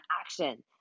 action